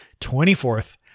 24th